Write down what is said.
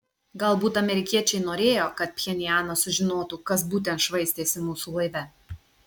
galbūt amerikiečiai norėjo kad pchenjanas sužinotų kas būtent švaistėsi mūsų laive